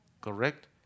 Correct